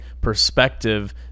perspective